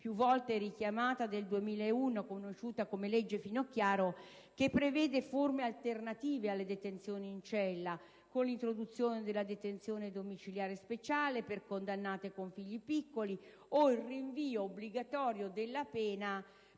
più volte richiamata, conosciuta come legge Finocchiaro, che prevede forme alternative alla detenzione in cella, con l'introduzione della detenzione domiciliare speciale per condannate con figli piccoli, o il rinvio obbligatorio della pena per